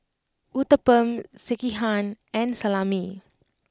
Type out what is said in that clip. Uthapam Sekihan and Salami